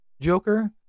Joker